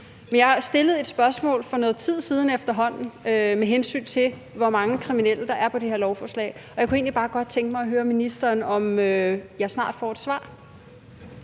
jeg har stillet et spørgsmål for noget tid siden efterhånden, med hensyn til hvor mange kriminelle der er på det her lovforslag, og jeg kunne egentlig bare godt tænke mig at høre ministeren, om jeg snart får et svar.